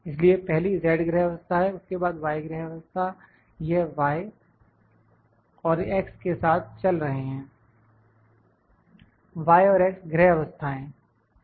इसलिए पहली z ग्रह अवस्था है उसके बाद y ग्रह अवस्था यह y और x एक साथ चल रहे हैं y और x ग्रह अवस्थाएं